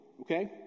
okay